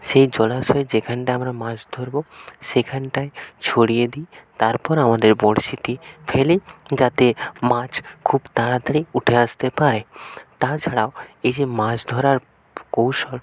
সেই জলাশয়ে যেখানটা আমরা মাছ ধরব সেইখানটায় ছড়িয়ে দিই তারপর আমাদের বরশিটি ফেলি যাতে মাছ খুব তাড়াতাড়ি উঠে আসতে পারে তাছাড়াও এই যে মাছ ধরার কৌশল